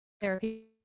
therapy